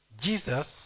Jesus